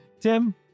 Tim